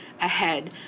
ahead